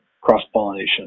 cross-pollination